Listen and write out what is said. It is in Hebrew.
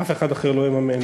אף אחד אחר לא יממן,